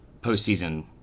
postseason